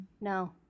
No